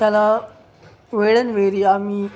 त्याला वेळनवेरी आम्ही